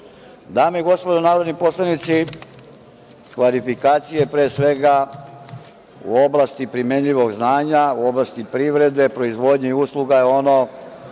i gospodo narodni poslanici, kvalifikacije, pre svega u oblasti primenljivog znanja, u oblasti privrede, proizvodnje i usluga je ono